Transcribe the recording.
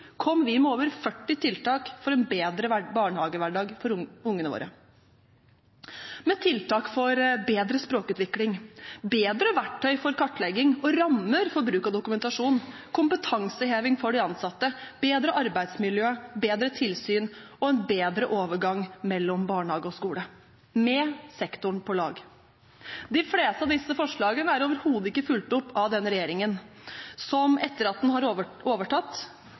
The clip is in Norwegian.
kom vi med over 40 tiltak for en bedre barnehagehverdag for ungene våre: tiltak for bedre språkutvikling, bedre verktøy for kartlegging og rammer for bruk av dokumentasjon, kompetanseheving for de ansatte, bedre arbeidsmiljø, bedre tilsyn og en bedre overgang mellom barnehage og skole – med sektoren på lag. De fleste av disse forslagene er overhodet ikke fulgt opp av denne regjeringen, som etter at den har overtatt,